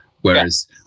Whereas